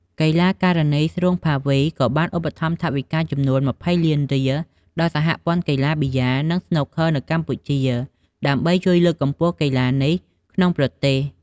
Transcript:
កីឡាការិនីស្រួង ភាវី ក៏បានឧបត្ថម្ភថវិកាចំនួន ២០លានរៀលដល់សហព័ន្ធកីឡាប៊ីយ៉ា និងស្នូកឃ័រនៅកម្ពុជា ដើម្បីជួយលើកកម្ពស់កីឡានេះក្នុងប្រទេស។